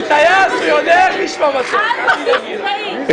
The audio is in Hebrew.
אנחנו על בסיס צבאי --- הוא טייס,